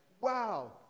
wow